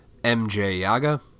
MJYaga